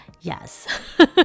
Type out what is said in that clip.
yes